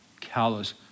callous